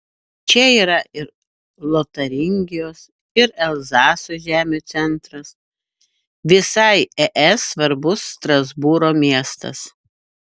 čia yra ir lotaringijos ir elzaso žemių centras visai es svarbus strasbūro miestas